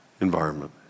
environment